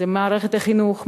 מערכת החינוך,